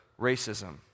racism